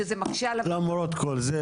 שזה מקשה --- למרות כל זה,